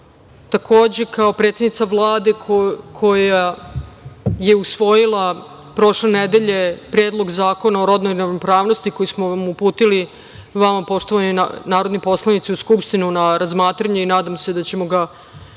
kao predsednica Vlade koja je usvojila prošle nedelje Predlog zakona o rodnoj ravnopravnosti koji smo vam uputili, vama poštovani narodni poslanici, u Skupštinu na razmatranje i nadam se da ćemo ga uskoro